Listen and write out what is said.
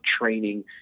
training